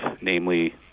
namely